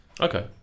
Okay